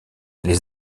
les